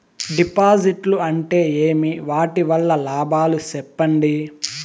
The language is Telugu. డిపాజిట్లు అంటే ఏమి? వాటి వల్ల లాభాలు సెప్పండి?